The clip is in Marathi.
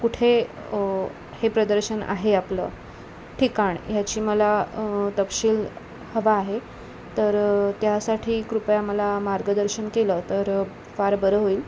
कुठे हे प्रदर्शन आहे आपलं ठिकाण ह्याची मला तपशील हवा आहे तर त्यासाठी कृपया मला मार्गदर्शन केलं तर फार बरं होईल